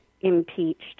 impeached